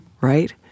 right